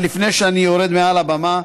אבל לפני שאני יורד מעל הבמה,